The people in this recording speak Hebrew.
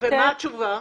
ומה התשובה?